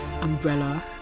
umbrella